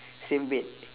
same weight